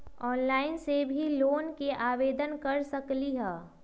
Online से भी loan के आवेदन कर सकलीहल?